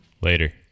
Later